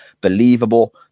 Believable